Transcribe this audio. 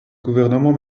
gouvernement